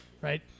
right